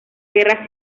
guerra